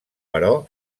però